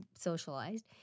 socialized